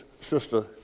sister